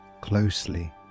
closely